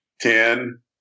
Ten